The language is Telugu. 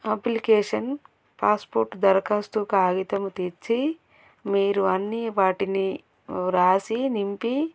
అప్లికేషన్ పాస్పోర్ట్ దరఖాస్తు కాగితము తెచ్చి మీరు అన్నీ వాటిని రాసి నింపి